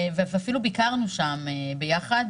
אפילו ביקרנו שם יחד